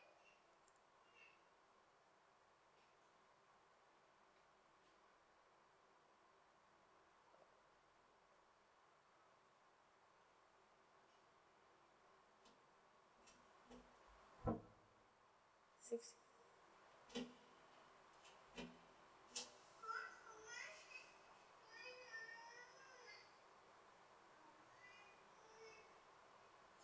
six